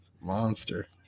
Monster